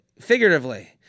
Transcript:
figuratively